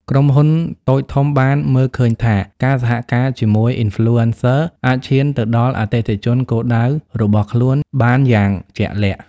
ក្រុមហ៊ុនតូចធំបានមើលឃើញថា ការសហការជាមួយ Influencer អាចឈានទៅដល់អតិថិជនគោលដៅរបស់ខ្លួនបានយ៉ាងជាក់លាក់។